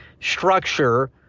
structure